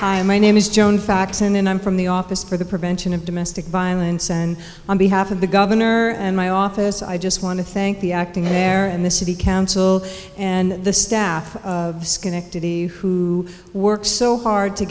am my name is joan faxon and i'm from the office for the prevention of domestic violence and on behalf of the governor and my office i just want to thank the acting there and the city council and the staff of schenectady who worked so hard to